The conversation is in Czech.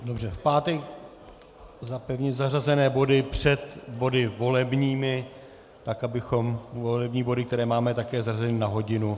Dobře, v pátek za pevně zařazené body, před body volebními, tak abychom volební body, které máme také zařazeny na hodinu...